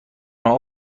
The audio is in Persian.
اقا